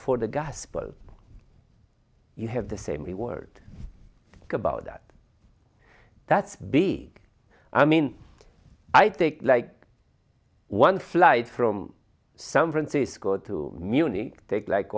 for the gospel you have the same in word about that that's big i mean i think like one flight from some francisco to munich take like